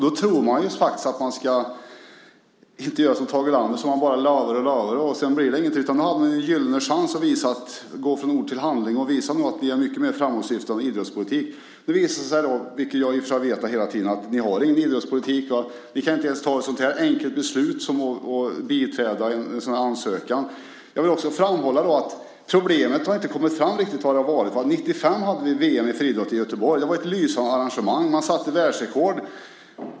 Då tror man faktiskt inte att man ska göra som Tage Erlander sade, att man bara lovar och lovar, och sedan blir det ingenting. Nu hade ni en gyllene chans att gå från ord till handling och visa att ni har en mycket mer framåtsyftande idrottspolitik. Det visar sig då, vilket jag i och för sig har vetat hela tiden, att ni inte har någon idrottspolitik. Ni kan inte ens ta ett så här enkelt beslut om att biträda en sådan här ansökan. Jag vill också framhålla att det inte riktigt har kommit fram vad problemet har varit. År 1995 hade vi VM i friidrott i Göteborg. Det var ett lysande arrangemang. Det sattes världsrekord.